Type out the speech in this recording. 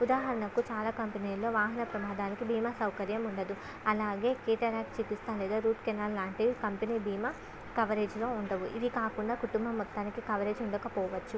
ఉదాహరణకు చాలా కంపెనీల్లో వాహన ప్రమాదానికి భీమా సౌకర్యం ఉండదు అలాగే కేటారక్ట్ చికిత్స లేదా రూట్ కెనాల్ లాంటి కంపెనీ భీమా కవరేజ్లో ఉండవు ఇవి కాకుండా కుటుంబం మొత్తానికి కవరేజ్ ఉండకపోవచ్చు